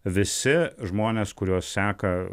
visi žmonės kuriuos seka